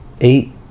eight